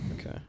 Okay